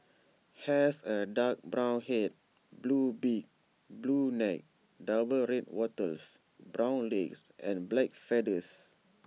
has A dark brown Head blue beak blue neck double red wattles brown legs and black feathers